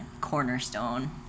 cornerstone